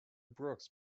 brooks